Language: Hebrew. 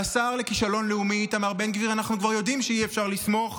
על השר לכישלון לאומי איתמר בן גביר אנחנו כבר יודעים שאי-אפשר לסמוך,